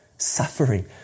suffering